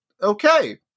Okay